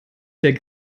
der